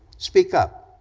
speak up.